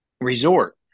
resort